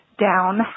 down